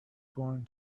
going